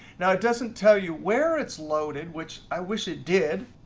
now it doesn't tell you where it's loaded, which i wish it did.